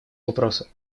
вопроса